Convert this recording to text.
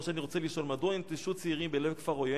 אני רוצה לשאול: מדוע ננטשו צעירים בלב כפר עוין